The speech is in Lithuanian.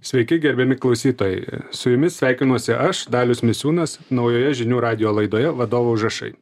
sveiki gerbiami klausytojai su jumis sveikinuosi aš dalius misiūnas naujoje žinių radijo laidoje vadovo užrašai